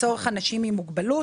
למען אנשים עם מוגבלות.